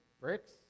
bricks